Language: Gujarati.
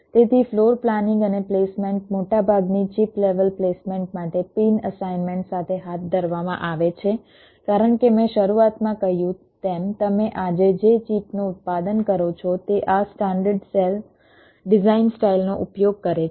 તેથી ફ્લોર પ્લાનિંગ અને પ્લેસમેન્ટ મોટાભાગની ચિપ લેવલ પ્લેસમેન્ટ માટે પિન અસાઇનમેન્ટ સાથે હાથ ધરવામાં આવે છે કારણ કે મેં શરૂઆતમાં કહ્યું તેમ તમે આજે જે ચીપનું ઉત્પાદન કરો છો તે આ સ્ટાન્ડર્ડ સેલ ડિઝાઇન સ્ટાઇલનો ઉપયોગ કરે છે